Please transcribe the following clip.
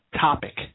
topic